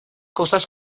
cosas